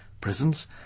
prisons